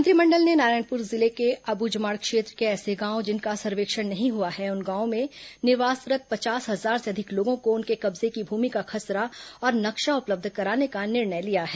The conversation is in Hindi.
मंत्रिमंडल ने नारायणपुर जिले के अब्झमाड़ क्षेत्र के ऐसे गांवों जिनका सर्वेक्षण नहीं हुआ है उन गांवों में निवासरत पचास हजार से अधिक लोगों को उनके कब्जे की भूमि का खसरा और नक्शा उपलब्ध कराने का निर्णय लिया है